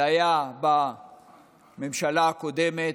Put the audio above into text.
זה היה בממשלה הקודמת,